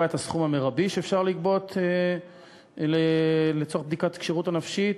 את הסכום המרבי שאפשר לגבות לצורך בדיקות הכשרות הנפשית,